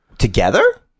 Together